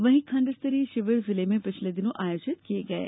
वहीं खंड स्तरीय शिविर जिले में पिछले दिनों आयोजित किये गये